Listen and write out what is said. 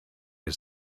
his